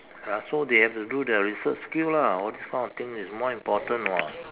!huh! so they have to do the research skill lah all this kind of thing is more important [what]